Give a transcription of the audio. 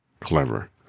Clever